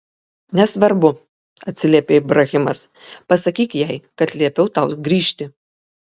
nesvarbu atsiliepė ibrahimas pasakyk jai kad liepiau tau grįžti